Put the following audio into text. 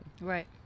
Right